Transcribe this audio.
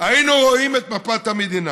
היינו רואים את מפת המדינה,